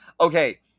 Okay